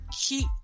keep